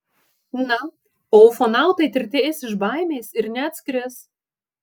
na o ufonautai tirtės iš baimės ir neatskris